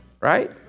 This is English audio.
Right